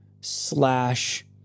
slash